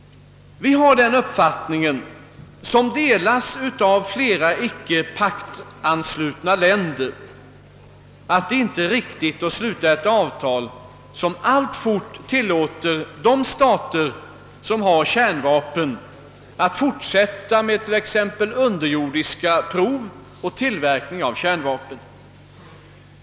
Vi har den uppfattningen, som delas av flera icke paktanslutna länder, att det inte är riktigt att sluta ett avtal som alltfort tillåter de stater som har kärnvapen att fortsätta med t.ex. underjordiska prov och tillverkning av kärnvapen.